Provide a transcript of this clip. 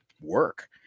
work